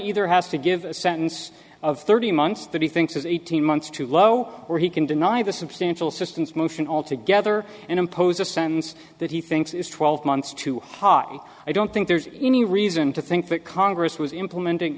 either has to give a sentence of thirty months that he thinks is eighteen months too low or he can deny the substantial assistance motion all together and impose a sentence that he thinks is twelve months too high i don't think there's any reason to think that congress was implementing